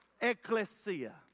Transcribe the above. Ecclesia